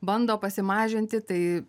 bando pasimažinti tai